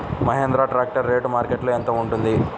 Mahindra tractor rate మార్కెట్లో యెంత ఉంటుంది?